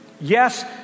Yes